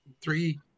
three